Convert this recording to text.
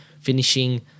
finishing